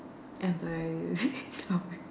embarrassing story